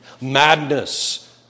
madness